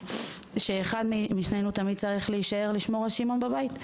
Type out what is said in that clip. שאחד מאיתנו תמיד צריך להישאר לשמור עליו בבית.